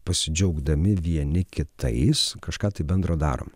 pasidžiaugdami vieni kitais kažką tai bendro darom